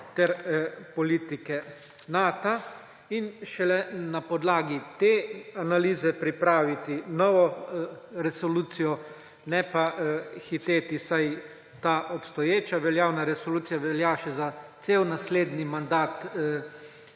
ter politike Nata. In šele na podlagi te analize pripraviti novo resolucijo, ne pa hiteti, saj ta obstoječa, veljavna resolucija velja še za cel naslednji mandat